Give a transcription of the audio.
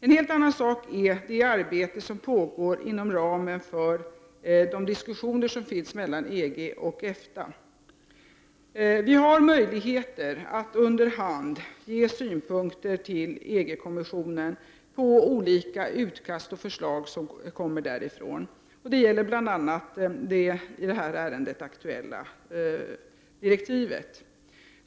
En helt annan sak är det arbete som pågår inom ramen för de diskussioner som förs mellan EG och EFTA. Vi har möjligheter att under hand ge synpunkter till EG-kommissionen på olika utkast och förslag som kommer därifrån. Detta gäller bl.a. det i det här ärendet aktuella direktivet.